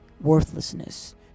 worthlessness